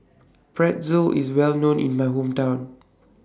Pretzel IS Well known in My Hometown